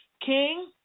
King